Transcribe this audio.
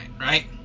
right